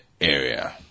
area